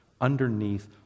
underneath